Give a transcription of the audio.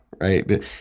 right